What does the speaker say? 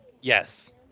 Yes